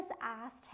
asked